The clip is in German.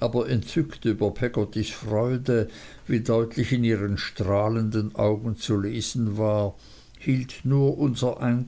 aber entzückt über peggottys freude wie deutlich in ihren strahlenden augen zu lesen war hielt nur unser